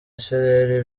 isereri